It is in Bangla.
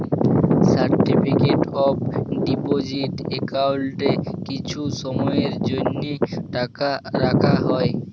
সার্টিফিকেট অফ ডিপজিট একাউল্টে কিছু সময়ের জ্যনহে টাকা রাখা হ্যয়